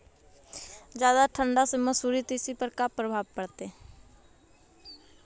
जादा ठंडा से मसुरी, तिसी पर का परभाव पड़तै?